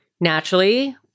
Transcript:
Naturally